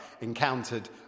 encountered